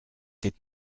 did